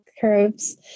curves